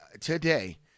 today